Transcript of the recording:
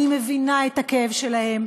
אני מבינה את הכאב שלהן,